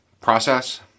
process